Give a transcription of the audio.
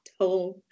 home